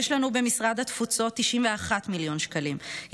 יש לנו במשרד התפוצות 91 מיליון שקלים,